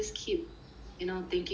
you know thinking of